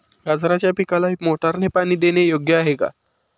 गाजराच्या पिकाला मोटारने पाणी देणे योग्य आहे का?